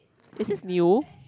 is this new